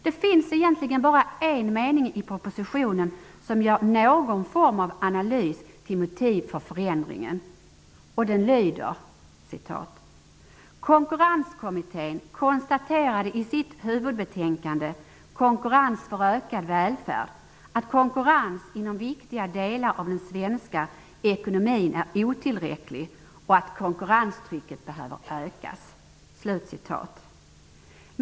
Det finns egentligen bara en mening i propositionen som gör någon form av ansats till motiv för förändringen. Den lyder: ''Konkurrenskommittén konstaterade i sitt huvudbetänkande, Konkurrens för ökad välfärd, att konkurrensen inom viktiga delar av den svenska ekonomin är otillräcklig och att konkurrenstrycket behöver ökas.''